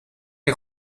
est